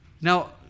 Now